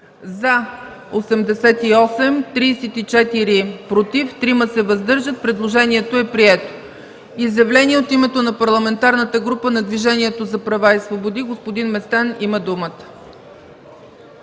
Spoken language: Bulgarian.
за 88, против 34, въздържали се 3. Предложението е прието. Изявление от името на Парламентарната група на Движението за права и свободи. Господин Местан има думата.